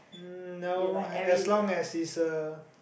uh no as long as it's a